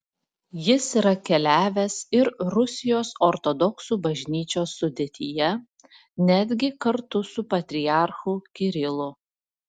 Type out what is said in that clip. jis yra keliavęs ir rusijos ortodoksų bažnyčios sudėtyje netgi kartu su patriarchu kirilu